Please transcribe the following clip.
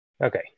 Okay